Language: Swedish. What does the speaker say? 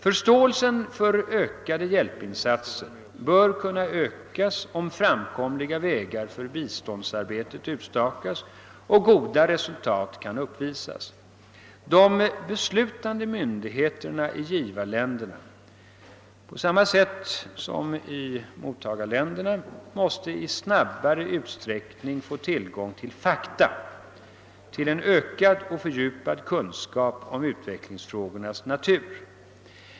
Förståelsen för ökade hjälpinsatser bör kunna ökas om framkomliga vägar för biståndsarbetet utstakas och goda resultat kan uppvisas. De beslutande myndigheterna i såväl givarländerna som mottagarländerna måste i snabbare utsträckning få tillgång till fakta, till en ökad och fördjupad kunskap om utvecklingsfrågornas natur.